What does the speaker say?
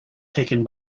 taken